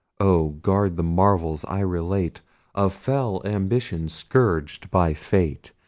oh! guard the marvels i relate of fell ambition scourg'd by fate,